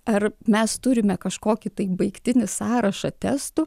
ar mes turime kažkokį tai baigtinį sąrašą testų